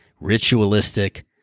Ritualistic